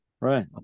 Right